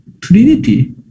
trinity